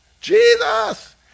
Jesus